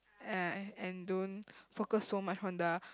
uh and don't focus so much on the